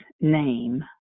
name